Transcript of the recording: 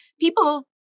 people